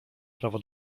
prawo